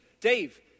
Dave